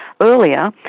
earlier